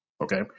Okay